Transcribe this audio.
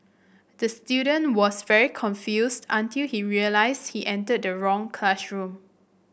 the student was very confused until he realised he entered the wrong classroom